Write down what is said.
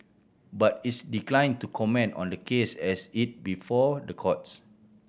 but it's declined to comment on the case as it before the courts